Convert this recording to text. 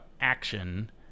action